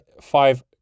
five